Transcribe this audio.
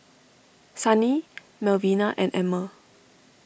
Sunny Melvina and Emmer